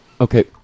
Okay